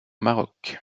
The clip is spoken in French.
maroc